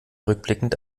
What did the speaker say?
rückblickend